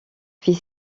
fit